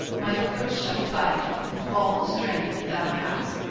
my foote shall fight with all the strength thou hast,